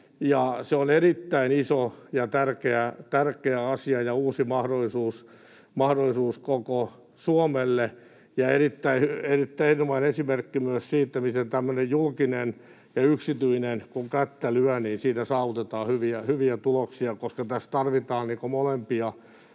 Se on erittäin iso ja tärkeä asia ja uusi mahdollisuus koko Suomelle ja erinomainen esimerkki myös siitä, että kun julkinen ja yksityinen kättä lyövät, niin siinä saavutetaan hyviä tuloksia, koska tässä tarvitaan molempia